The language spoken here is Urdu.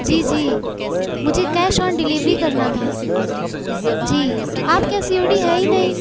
جی جی مجھے کیش آن ڈلیوری کرنا تھا جی آپ کے ہاں سی او ڈی ہے ہی نہیں